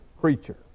creature